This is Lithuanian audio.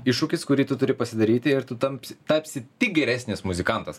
iššūkis kurį tu turi pasidaryti ir tu tampsi tapsi tik geresnis muzikantas